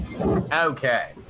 Okay